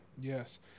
Yes